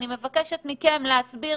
אני מבקשת מכם להסביר,